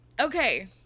okay